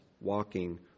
walking